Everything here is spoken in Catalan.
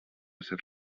ser